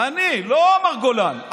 אני, לא מר גולן.